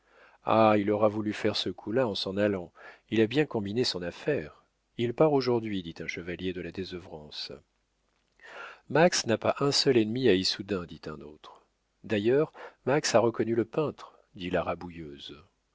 ah il aura voulu faire ce coup-là en s'en allant il a bien combiné son affaire il part aujourd'hui dit un des chevaliers de la désœuvrance max n'a pas un seul ennemi à issoudun dit un autre d'ailleurs max a reconnu le peintre dit la rabouilleuse